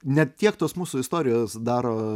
ne tiek tos mūsų istorijos daro